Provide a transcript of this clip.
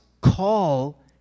call